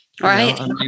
Right